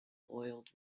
oiled